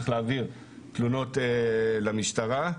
צריך להעביר תלונות למשטרה.